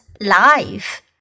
life